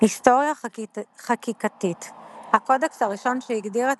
היסטוריה חקיקתית הקודקס הראשון שהגדיר את